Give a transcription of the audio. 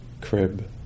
crib